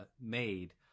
made